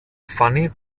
fanny